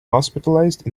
hospitalized